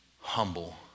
humble